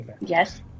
Yes